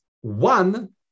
one